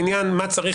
לעניין נושא